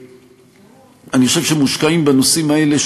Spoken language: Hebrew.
אני חושב שמושקעים בנושאים האלה,